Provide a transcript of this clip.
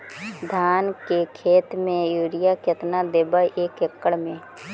धान के खेत में युरिया केतना देबै एक एकड़ में?